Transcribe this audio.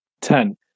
ten